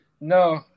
No